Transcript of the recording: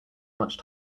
much